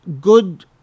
good